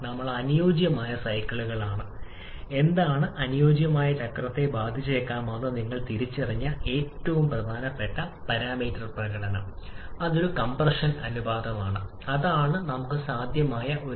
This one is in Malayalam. അതുപോലെ വായു വരുമ്പോൾ ഇന്ധന അനുപാതം കുറയ്ക്കുന്നു അത് സമ്പന്നമായ മിശ്രിതങ്ങളിലേക്ക് നിങ്ങൾ നീങ്ങുന്നു ഈ സാഹചര്യത്തിൽ ഇന്ധനം കൂടുതലാണ് പക്ഷേ വായു കുറവാണ് അതിനാൽ അപൂർണ്ണമായ ജ്വലനത്തിനുള്ള സാധ്യത ഇവിടെയുണ്ട്